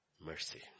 Mercy